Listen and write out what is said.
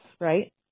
right